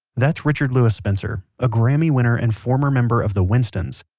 that's richard louis spencer, a grammy-winner and former member of the winstons.